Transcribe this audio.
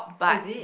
what is it